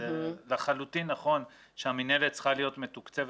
לחלוטין נכון שהמינהלת צריכה להיות מתוקצבת